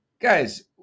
Guys